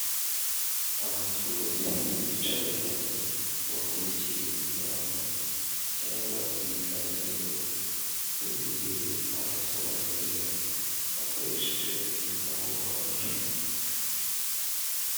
Abaturage bicaye hamwe bakurikiye inama cyangwa ibiganiro, uri imbere abasobanurira akoresheje indangururamajwi.